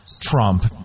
Trump